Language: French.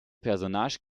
personnage